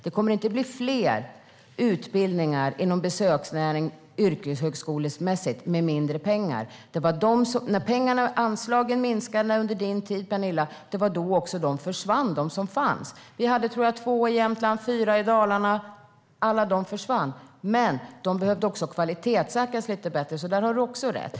Det kommer inte att bli fler yrkeshögskoleutbildningar inom besöksnäringen med mindre pengar. Det var när anslagen minskade under Alliansens tid, Penilla, som de yrkesutbildningar som fanns försvann. Jag tror att vi hade två i Jämtland och fyra i Dalarna, och alla försvann. Men de behövde också kvalitetssäkras lite mer, så det har du också rätt i.